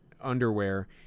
underwear